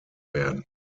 werden